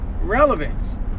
relevance